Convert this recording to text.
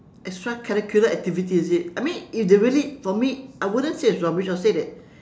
extra curricular activity is it I mean if they really for me I wouldn't say it's rubbish I'll say that